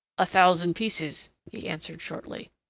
a thousand pieces, he answered shortly.